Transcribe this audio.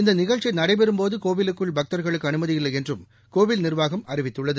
இந்த நிகழ்ச்சி நடைபெறும் போது கோயிலுக்குள் பக்தர்களுக்கு அனுமதியில்லை என்றும் கோயில் நிர்வாகம் அறிவித்துள்ளது